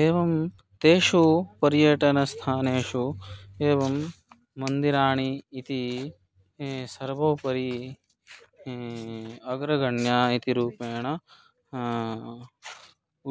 एवं तेषु पर्यटनस्थानेषु एवं मन्दिराणि इति सर्वोपरि अग्रगण्य इति रूपेण